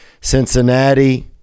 Cincinnati